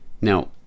Now